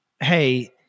Hey